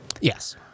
Yes